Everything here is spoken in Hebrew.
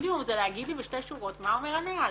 המינימום זה להגיד לי בשתי שורות מה אומר הנוהל.